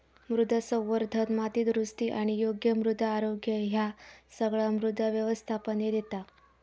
मृदा संवर्धन, माती दुरुस्ती आणि योग्य मृदा आरोग्य ह्या सगळा मृदा व्यवस्थापनेत येता